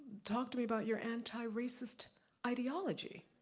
talk to me about your anti-racist ideology.